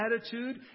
attitude